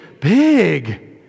big